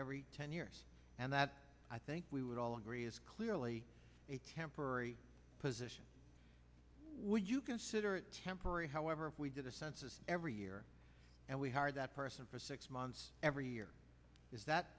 every ten years and that i think we would all agree is clearly a temporary position would you consider it temporary however we did a census every year and we hired that person for six months every year is that